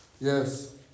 yes